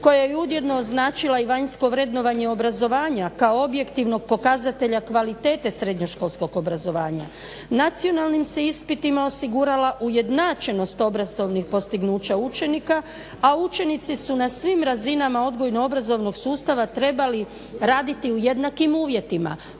koje je ujedno značila i vanjsko vrednovanje obrazovanja kao objektivnog pokazatelja kvalitete srednjoškolskog obrazovanja. Nacionalnim se ispitima osigurala ujednačenost obrazovnih postignuća učenika, a učenici su na svim razinama odgojno-obrazovnog sustava trebali raditi u jednakim uvjetima.